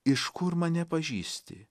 iš kur mane pažįsti